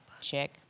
Check